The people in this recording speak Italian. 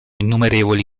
innumerevoli